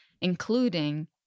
including